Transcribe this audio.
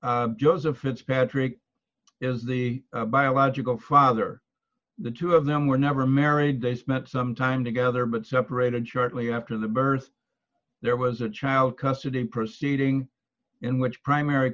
and joseph fitzpatrick is the biological father the two of them were never married they spent some time together but separated shortly after the birth there was a child custody proceeding in which primary